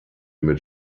mit